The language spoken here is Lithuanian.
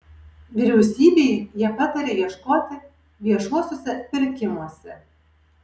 vyriausybei jie pataria ieškoti viešuosiuose pirkimuose